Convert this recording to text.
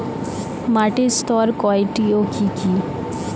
মাটির স্তর কয়টি ও কি কি?